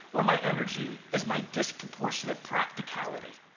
or my energy, is my disproportionate practicality.